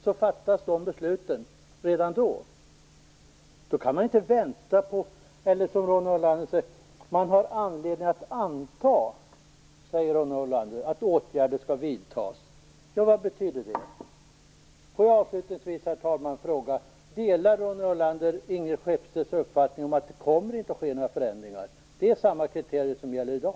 Ronny Olander säger att man har anledning att anta att åtgärder skall vidtas. Vad betyder det? Får jag avslutningsvis, herr talman, fråga om Ronny Olander delar Ingrid Skeppstedts uppfattning om att det inte kommer att ske några förändringar. Det är samma kriterier som gäller i dag.